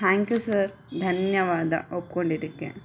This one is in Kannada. ಥ್ಯಾಂಕ್ ಯು ಸರ್ ಧನ್ಯವಾದ ಒಪ್ಕೊಂಡಿದ್ದಕ್ಕೆ